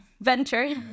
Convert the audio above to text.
venture